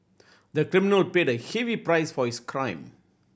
the criminal paid a heavy price for his crime